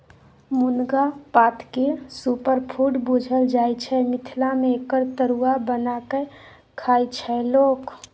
मुनगा पातकेँ सुपरफुड बुझल जाइ छै मिथिला मे एकर तरुआ बना कए खाइ छै लोक